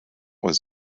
was